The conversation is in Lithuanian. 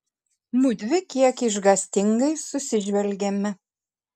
mudvi kiek išgąstingai susižvelgėme